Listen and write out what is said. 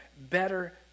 better